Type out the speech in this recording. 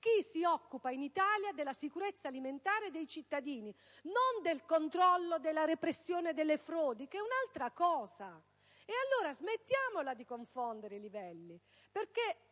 chi si occupa in Italia della sicurezza alimentare dei cittadini? Non mi riferisco alla repressione delle frodi, che è altra cosa: smettiamola di confondere i livelli.